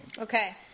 Okay